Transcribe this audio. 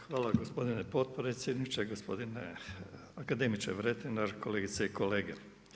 Hvala gospodine potpredsjedniče, gospodine akademiče Vretenar, kolegice i kolege.